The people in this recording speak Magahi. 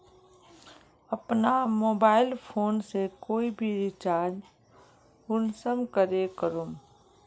अपना मोबाईल फोन से कोई भी रिचार्ज कुंसम करे करूम?